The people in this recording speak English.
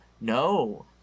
no